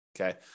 Okay